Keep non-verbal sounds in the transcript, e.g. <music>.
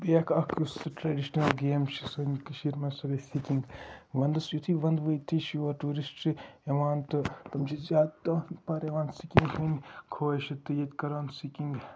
بیٚیہِ اَکھ اَکھ یۄس ٹریڈِشنَل گیم چھِ سٲنہِ کٔشیٖر مَنٛز سۄ گٔے سِکِنٛگ وَندَس یُتھٕے وَنٛدٕ وٲتتھٕے چھِ یور ٹیورسٹ یِوان تہٕ تِم چھِ زیادٕ <unintelligible> سکیمہٕ ہٕنٛد خواہشہ تہٕ ییٚتہِ کَران سکیٖنٛگ